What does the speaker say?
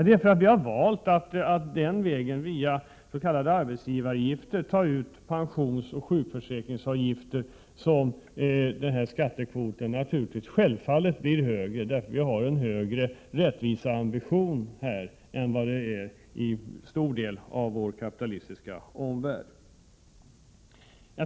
Det är för att vi har valt att ta ut pensionsoch sjukförsäkringsavgifter via s.k. arbetsgivaravgifter som skattekvoten i Sverige blir högre — vi har här en högre rättviseambition än man har i en stor del av vår kapitalistiska omvärld.